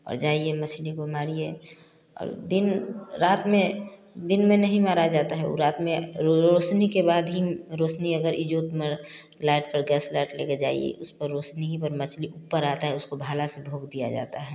और जाइए मछली को मारिए और दिन रात में दिन में नहीं मार जाता हैं वो रात में रो रोशनी के बाद ही रोशनी अगर इजोत में लाइट पर गैस लाइट लेके जाइए उस पर रोशनी ही भर मछली उपर आता हैं उसको भाला से भोख दिया जाता हैं